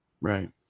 Right